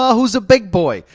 ah who's a big boy?